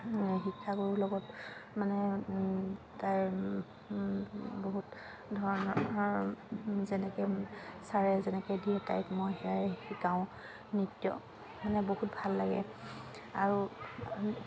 শিক্ষাগুৰুৰ লগত মানে তাইৰ বহুত ধৰণৰ যেনেকৈ ছাৰে যেনেকৈ দিয়ে তাইক মই সেয়াই শিকাওঁ নৃত্য মানে বহুত ভাল লাগে আৰু